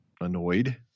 annoyed